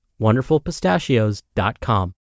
wonderfulpistachios.com